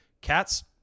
Cat's